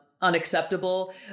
unacceptable